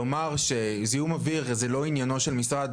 לומר שזיהום אוויר זה לא עניינו של משרד